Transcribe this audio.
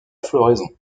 floraison